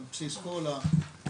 על בסיס כל ההגבלות,